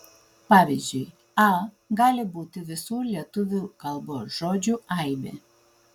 pavyzdžiui a gali būti visų lietuvių kalbos žodžių aibė